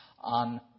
on